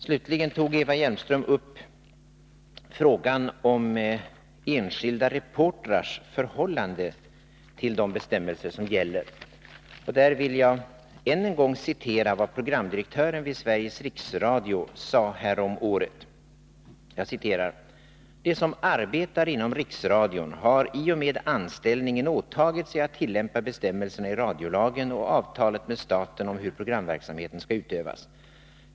Slutligen tog Eva Hjelmström upp frågan om enskilda reportrars förhållande till de bestämmelser som gäller. Här vill jag än en gång citera vad programdirektören vid Sveriges Riksradio sade härom året: ”De som arbetar inom Riksradion har i och med anställningen åtagit sig att tillämpa bestämmelserna i radiolagen och avtalet med staten om hur programverksamheten skall utövas.